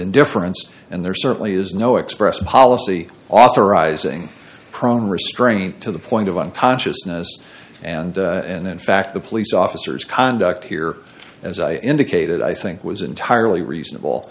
indifference and there certainly is no express policy authorizing prone restraint to the point of unconsciousness and and in fact the police officers conduct here as i indicated i think was entirely reasonable